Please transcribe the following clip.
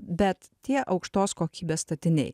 bet tie aukštos kokybės statiniai